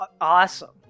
awesome